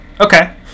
okay